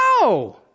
No